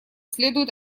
следует